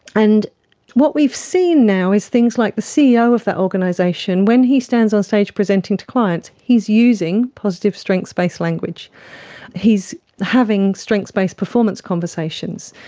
and what we've seen now is things like the ceo of that organisation, when he stands on stage presenting to clients, he's using positive strengths-based language having strengths-based performance conversations.